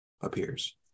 appears